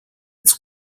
its